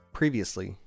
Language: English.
previously